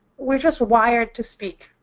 we're just wired to speak.